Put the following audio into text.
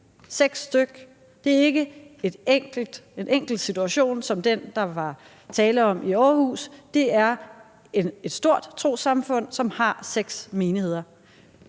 6 stk. Det er ikke en enkelt situation som den, der var tale om i Aarhus; det er et stort trossamfund, som har seks menigheder.